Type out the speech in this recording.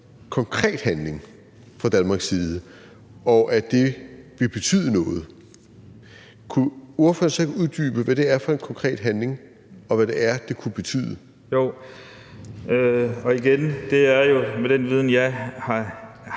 konkret handling fra Danmarks side, og at det vil betyde noget, kunne ordføreren så ikke uddybe, hvad det er for en konkret handling, og hvad det kunne betyde? Kl. 19:10 Uffe Elbæk (UFG): Jeg taler